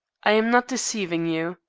i am not deceiving you.